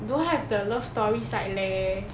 don't have the love stories side leh